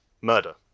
murder